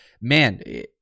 man